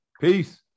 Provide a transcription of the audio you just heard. Peace